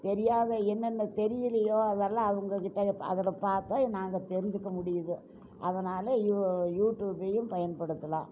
தெரியாத என்னென்ன தெரியலையோ அதல்லாம் அவங்க கிட்டே அதில் பார்த்தா நாங்கள் தெரிஞ்சுக்க முடியுது அதனால யூடியூப்பையும் பயன்படுத்தலாம்